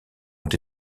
ont